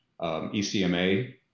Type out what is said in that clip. ECMA